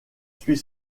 suis